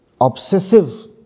obsessive